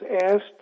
asked